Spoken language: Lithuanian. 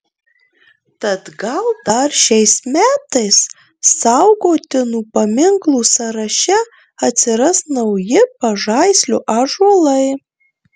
tad gal dar šiais metais saugotinų paminklų sąraše atsiras nauji pažaislio ąžuolai